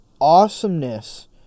awesomeness